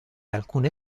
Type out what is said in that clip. alcune